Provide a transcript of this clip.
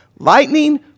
Lightning